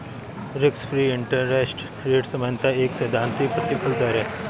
risk free interest rate सामान्यतः एक सैद्धांतिक प्रतिफल दर है